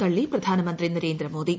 തള്ളി പ്രധാനമന്ത്രി നരേന്ദ്രമോദി